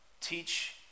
Teach